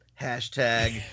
Hashtag